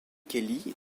kelly